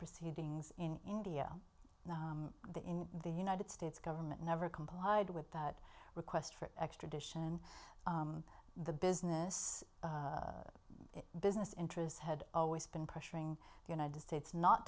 proceedings in india and that in the united states government never complied with that request for extradition the business business interests had always been pressuring the united states not